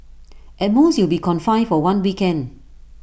at most you'll be confined for one weekend